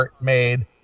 made